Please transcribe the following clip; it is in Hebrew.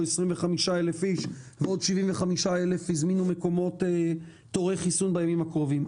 25,000 איש ועוד 75,000 הזמינו תורי חיסון בימים הקרובים.